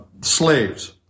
slaves